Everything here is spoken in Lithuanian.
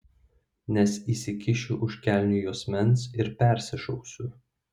nes įsikišiu už kelnių juosmens ir persišausiu